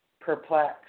perplexed